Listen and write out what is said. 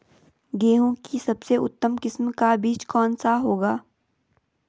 गेहूँ की सबसे उत्तम किस्म का बीज कौन सा होगा?